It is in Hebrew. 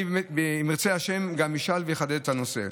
אם ירצה השם, אני גם אשאל ואחדד את הנושא.